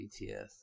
BTS